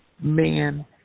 man